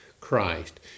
Christ